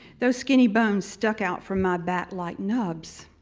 those skinny bones stuck out from my back like nubs.